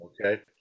Okay